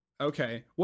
Okay